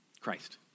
Christ